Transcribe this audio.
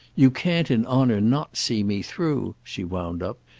you can't in honour not see me through, she wound up,